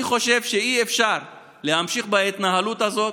אני חושב שאי-אפשר להמשיך בהתנהלות הזאת.